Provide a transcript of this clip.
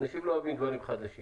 אנשים לא אוהבים דברים חדשים